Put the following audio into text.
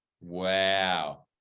Wow